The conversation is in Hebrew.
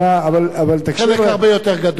בחלק הרבה יותר גדול.